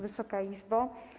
Wysoka Izbo!